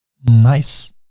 nice.